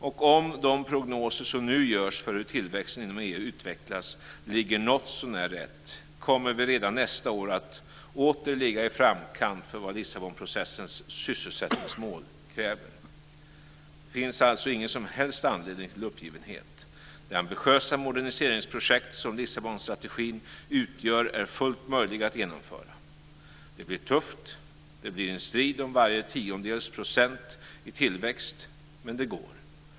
Om de prognoser som nu görs för hur tillväxten inom EU utvecklas ligger något sånär rätt kommer vi redan nästa år att åter ligga i framkant för vad Lissabonprocessens sysselsättningsmål kräver. Det finns alltså ingen som helst anledning till uppgivenhet. Det ambitiösa moderniseringsprojekt som Lissabonstrategin utgör är fullt möjligt att genomföra. Det blir tufft. Det blir en strid om varje tiondels procent i tillväxt, men det går.